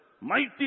mighty